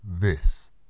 this